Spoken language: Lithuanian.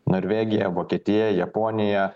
norvegija vokietija japonija